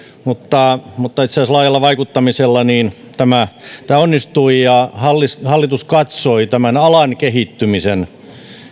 mutta mutta laajalla vaikuttamisella tämä tämä onnistui hallitus hallitus katsoi tämän asian alan kehittymisen